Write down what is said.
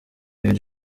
king